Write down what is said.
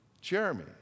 Jeremy